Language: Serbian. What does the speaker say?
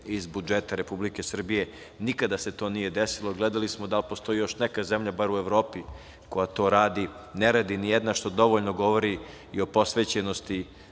iz budžeta Republike Srbije. Nikada se to nije desilo. Gledali smo da li postoji još neka zemalja, bar u Evropi, koja to radi, ne radi ni jedna, što dovoljno govori i o posvećenosti